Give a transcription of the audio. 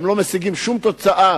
הם לא משיגים שום תוצאה.